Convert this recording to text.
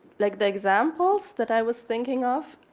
like the examples that i was thinking of,